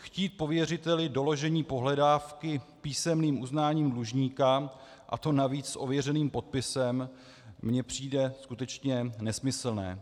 Chtít po věřiteli doložení pohledávky písemným uznáním dlužníka, a to navíc s ověřeným podpisem, mně přijde skutečně nesmyslné.